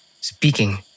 speaking